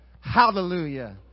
hallelujah